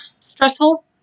stressful